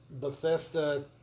Bethesda